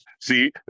See